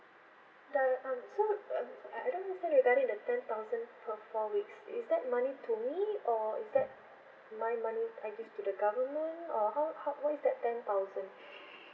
ten um so um I I don't understand regarding the ten thousand per four weeks is that money to me or is that my money I give to the government or how how what is that ten thousand